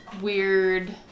weird